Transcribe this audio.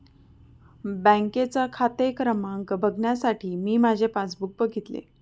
बँकेचा खाते क्रमांक बघण्यासाठी मी माझे पासबुक बघितले